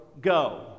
go